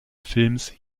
films